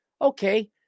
Okay